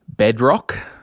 Bedrock